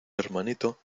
hermanito